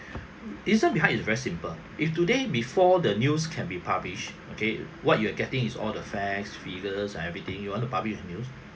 reason behind is very simple if today before the news can be published okay what you're getting is all the facts figures everything you want to publish a news